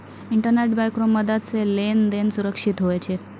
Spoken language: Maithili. इंटरनेट बैंक रो मदद से लेन देन सुरक्षित हुवै छै